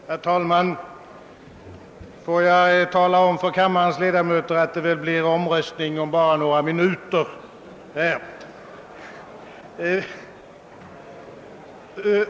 Herr talman! Jag vill omtala för kammarens ledamöter på väg ut att det bara om några minuter blir omröstning på denna punkt.